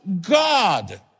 God